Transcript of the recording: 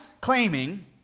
claiming